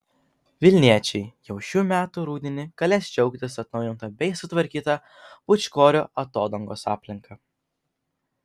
vilniečiai jau šių metų rudenį galės džiaugtis atnaujinta bei sutvarkyta pūčkorių atodangos aplinka